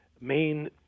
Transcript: main